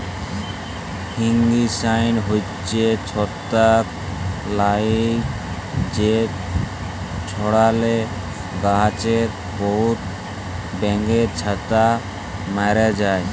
fungicide হছে ছত্রাক লাসক যেট ছড়ালে গাহাছে বহুত ব্যাঙের ছাতা ম্যরে যায়